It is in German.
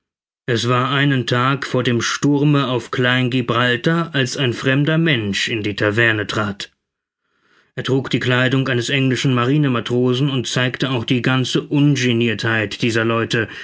es war einen tag vor dem sturme auf kleingibraltar als ein fremder mensch in die taverne trat er trug die kleidung eines englischen marinematrosen und zeigte auch die ganze ungenirtheit dieser leute